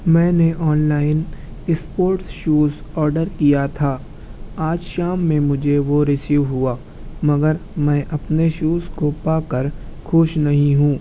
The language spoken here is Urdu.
میں نے آنلائن اسپورٹ شوز آڈر کیا تھا آج شام میں مجھے وہ ریسیو ہُوا مگر میں اپنے شوز کو پا کر خوش نہیں ہوں